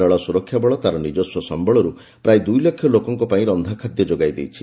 ରେଳ ସୁରକ୍ଷାବଳ ତା'ର ନିକସ୍ୱ ସମ୍ଭଳରୁ ପ୍ରାୟ ଦୁଇଲକ୍ଷ ଲୋକଙ୍କ ପାଇଁ ରନ୍ଧାଖାଦ୍ୟ ଯୋଗାଇ ଦେଇଛି